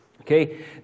okay